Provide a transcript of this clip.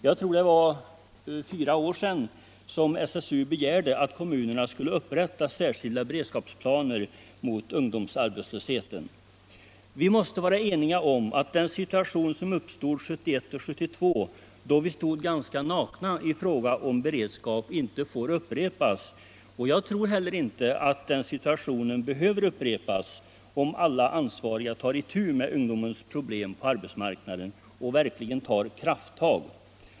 Det var för fyra år sedan som SSU begärde att kommunerna skulle upprätta särskilda beredskapsplaner mot ungdomsarbetslösheten. Vi måste vara eniga om att den situation som uppkom 1971-1972, då vi stod ganska nakna i fråga om beredskap, inte får upprepas. Jag tror inte heller att den situationen behöver upprepas om alla ansvariga tar itu med ungdomens problem på arbetsmarknaden och verkligen tar krafttag.